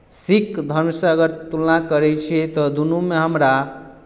सिक्ख धर्मसँ अगर तुलना करैत छियै तऽ दुनूमे हमरा